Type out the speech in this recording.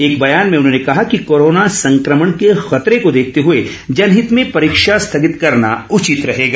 एक बयान में उन्होंने कहा कि कोरोना संक्रमण के खतरे को देखते हुए जनहित में परीक्षा स्थगित करना उचित रहेगा